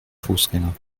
fußgänger